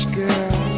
girl